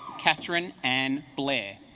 katherine and blair